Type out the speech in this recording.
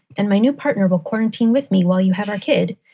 and my new partner will quarantine with me while you have our kid,